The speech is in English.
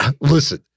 Listen